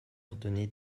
ordonné